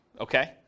okay